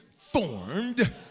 formed